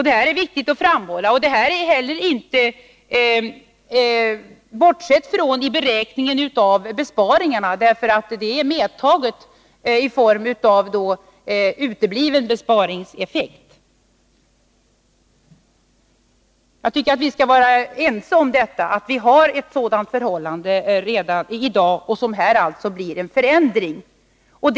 Det är viktigt att framhålla, och detta har man inte heller bortsett från i beräkningen av besparingarna. Det är medtaget i form av utebliven besparingseffekt. Jag tycker att vi skall vara ense om att vi har ett sådant förhållande redan i dag och att det blir en förändring med det föreslagna systemet.